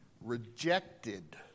rejected